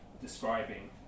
describing